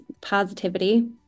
positivity